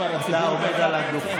הציבור צמא לדעת, אתה עומד על הדוכן.